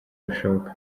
bishoboka